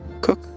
cook